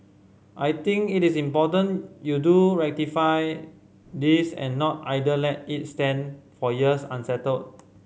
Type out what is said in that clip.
I think it is important you do ratify this and not either let it stand for years unsettled